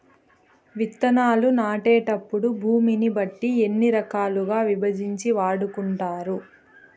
విత్తనాలు నాటేటప్పుడు భూమిని బట్టి ఎన్ని రకాలుగా విభజించి వాడుకుంటారు?